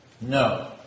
No